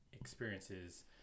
experiences